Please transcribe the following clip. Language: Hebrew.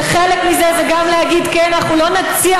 וחלק מזה זה גם להגיד: כן, אנחנו לא ננציח.